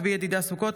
צבי ידידה סוכות,